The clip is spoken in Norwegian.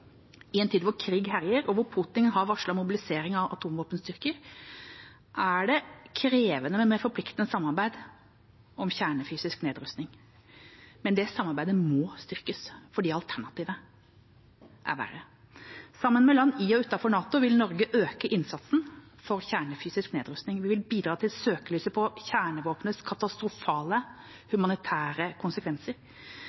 I en tid hvor krig herjer, og hvor Putin har varslet mobilisering av atomvåpenstyrker, er det krevende med mer forpliktende samarbeid om kjernefysisk nedrustning, men det samarbeidet må styrkes, fordi alternativet er verre. Sammen med land i og utenfor NATO vil Norge øke innsatsen for kjernefysisk nedrustning. Vi vil bidra til søkelys på kjernevåpnenes katastrofale